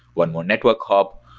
one more network hub,